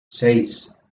seis